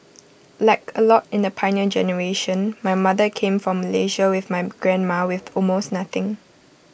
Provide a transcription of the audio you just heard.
like A lot in the Pioneer Generation my mother came from Malaysia with my grandma with almost nothing